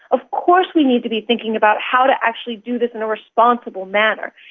of course we need to be thinking about how to actually do this in a responsible manner.